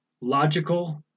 logical